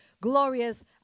glorious